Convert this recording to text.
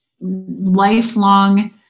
lifelong